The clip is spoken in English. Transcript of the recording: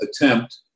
attempt